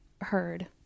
heard